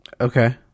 Okay